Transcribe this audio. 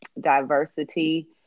diversity